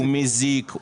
הוא מזיק.